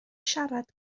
siarad